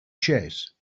chase